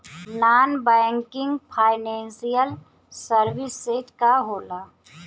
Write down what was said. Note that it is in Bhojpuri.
नॉन बैंकिंग फाइनेंशियल सर्विसेज का होला?